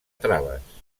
traves